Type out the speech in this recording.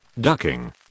ducking